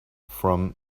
from